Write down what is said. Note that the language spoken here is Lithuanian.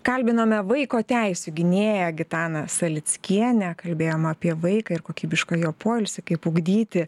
kalbinome vaiko teisių gynėją gitaną salickienę kalbėjom apie vaiką ir kokybišką jo poilsį kaip ugdyti